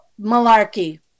malarkey